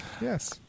Yes